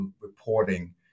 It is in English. reporting